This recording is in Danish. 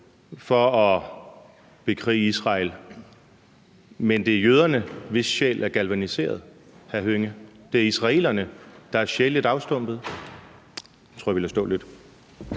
for at bekrige Israel, men alligevel er det jøderne, hvis sjæl er galvaniseret, hr. Karsten Hønge? Det er israelerne, der er sjæleligt afstumpet? Den tror jeg vi lader stå lidt.